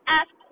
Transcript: ask